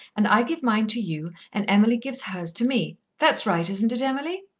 and i give mine to you, and emily gives hers to me. that's right, isn't it, emily?